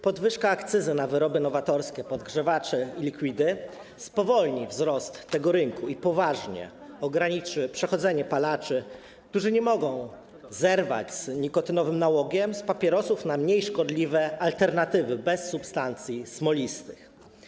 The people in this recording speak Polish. Podwyżka akcyzy na wyroby nowatorskie, podgrzewacze, liquidy spowolni wzrost tego rynku i poważnie ograniczy przechodzenie palaczy, którzy nie mogą zerwać z nikotynowym nałogiem, z papierosów na mniej szkodliwe zamienniki, bez substancji smolistych.